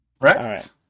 Right